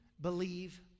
believe